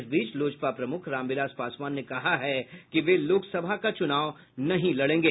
इस बीच लोजपा प्रमुख रामविलास पासवान ने कहा है कि वे लोकसभा का चुनाव नहीं लड़ेंगे